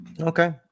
Okay